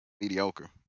mediocre